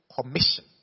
commission